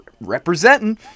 representing